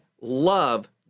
love